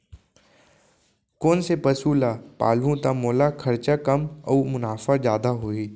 कोन से पसु ला पालहूँ त मोला खरचा कम अऊ मुनाफा जादा होही?